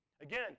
Again